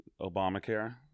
Obamacare